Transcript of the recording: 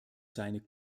seine